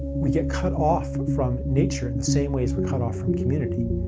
we get cut off from nature in the same ways we're cut off from community.